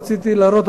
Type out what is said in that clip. רציתי להראות,